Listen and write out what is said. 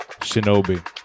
Shinobi